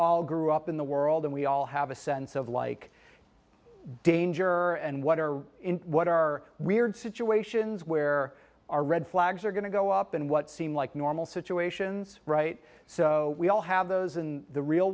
all grew up in the world and we all have a sense of like danger and what are what are weird situations where our red flags are going to go up in what seem like normal situations right so we all have those in the real